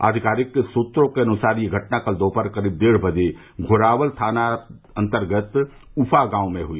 आधिकारिक सूत्रों के अनुसार यह घटना कल दोपहर करीब डेढ़ बजे घोरावल थानातर्गत उफ़ा गांव में हुई